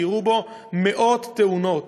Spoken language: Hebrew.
שאירעו בו מאות תאונות,